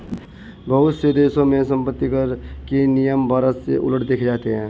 बहुत से देशों में सम्पत्तिकर के नियम भारत से उलट देखे जाते हैं